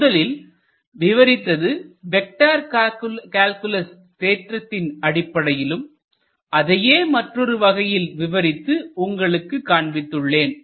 முதலில் விவரித்தது vector calculus தேற்றத்தின் அடிப்படையிலும் அதையே மற்றொரு வகையில் விவரித்து உங்களுக்கு காண்பித்து உள்ளேன்